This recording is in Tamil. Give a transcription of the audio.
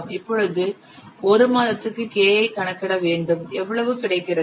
இப்பொழுது 1 மாதத்திற்கு K ஐ கணக்கிட வேண்டும் எவ்வளவு கிடைக்கிறது